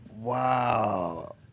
Wow